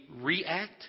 react